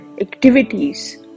activities